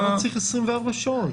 לא צריך 24 שעות.